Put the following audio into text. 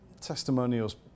testimonials